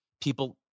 people